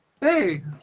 Hey